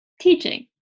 teaching